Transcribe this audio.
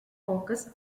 focus